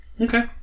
Okay